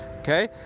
okay